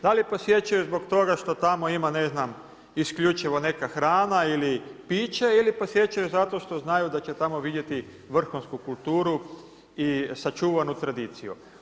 Da li posjećuju zbog toga što tamo ima ne znam, isključivo neka hrana ili piće ili posjećuju zato što znaju da će tamo vidjeti vrhunsku kulturu i sačuvanu tradiciju.